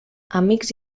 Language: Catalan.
amics